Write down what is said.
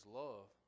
love